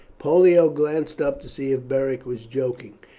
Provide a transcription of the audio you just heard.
pollio glanced up to see if beric was joking.